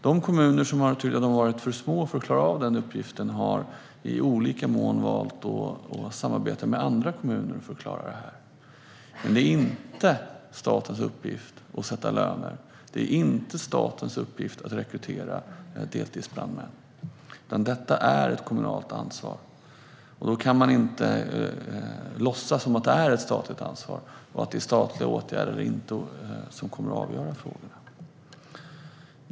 De kommuner som tydligen har varit för små för att klara av uppgiften har i olika mån valt att samarbeta med andra kommuner för att klara av den. Det är inte statens uppgift att sätta löner. Det är inte statens uppgift att rekrytera deltidsbrandmän. Det är ett kommunalt ansvar, och då kan man inte låtsas att det är ett statligt ansvar och att det är statliga åtgärder som kommer att avgöra frågan.